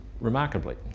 remarkably